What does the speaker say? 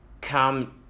come